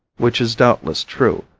which is doubtless true,